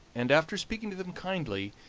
and, after speaking to them kindly,